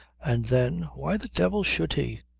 and then why the devil should he?